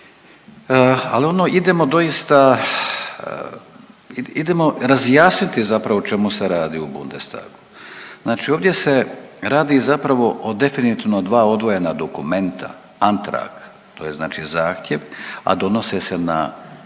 doista, idemo razjasniti zapravo o čemu se radi u Bundestagu. Znači ovdje se radi zapravo o definitivno dva odvojena dokumenta, antrag, to je znači zahtjev, a donose se na